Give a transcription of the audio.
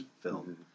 film